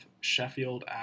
Sheffield